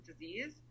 disease